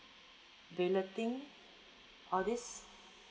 bulletin all these